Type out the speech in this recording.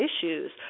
issues